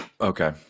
Okay